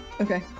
Okay